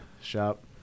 shop